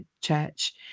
church